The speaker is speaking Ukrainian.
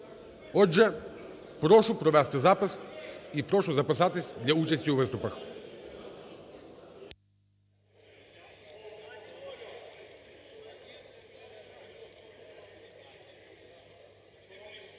Отже, прошу провести запис і прошу записатися для участі у виступах.